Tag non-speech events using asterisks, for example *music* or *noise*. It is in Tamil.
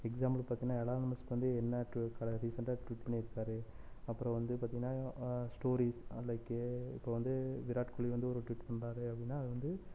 எக்ஸாம்பிளுக்கு பார்த்தின்னா எலான் மஸ்க் வந்து என்ன *unintelligible* ரீசெண்டாக ட்விட் பண்ணியிருக்காரு அப்புறம் வந்து பார்த்தின்னா ஸ்டோரி லைக் இப்ப வந்து விராட் கோலி வந்து ஒரு ட்விட் பண்ணுறாரு அப்படின்னா அது வந்து